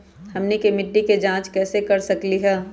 हमनी के मिट्टी के जाँच कैसे कर सकीले है?